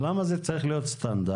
למה זה צריך להיות סטנדרט?